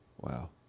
Wow